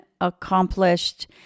accomplished